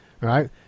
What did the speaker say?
Right